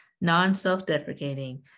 non-self-deprecating